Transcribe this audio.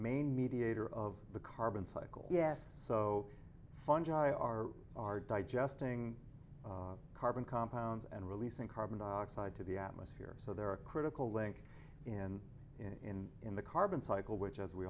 main mediator of the carbon cycle yes so fungi are are digesting carbon compounds and releasing carbon dioxide to the atmosphere so they're a critical link in in in the carbon cycle which as we